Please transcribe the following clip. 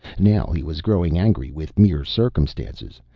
now he was growing angry with mere circumstances,